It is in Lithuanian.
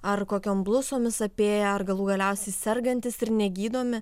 ar kokiom blusomis apėję ar galų galiausiai sergantys ir negydomi